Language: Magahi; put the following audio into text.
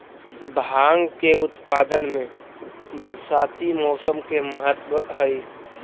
भाँग के उत्पादन में बरसाती मौसम के महत्त्व हई